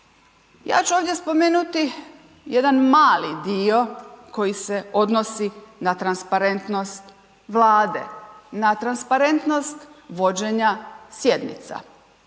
Ja ću ovdje spomenuti jedan mali dio koji se odnosni na transparentnost Vlade, na transparentnost vođenja sjednica,